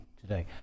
today